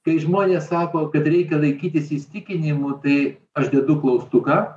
kai žmonės sako kad reikia laikytis įsitikinimų tai aš dedu klaustuką